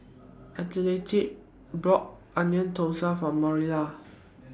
Aletha bought Onion Thosai For Marilla